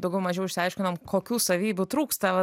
daugiau mažiau išsiaiškinom kokių savybių trūksta